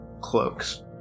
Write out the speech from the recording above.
Cloaks